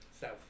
South